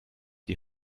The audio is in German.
die